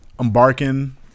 embarking